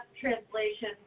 translation